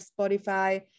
Spotify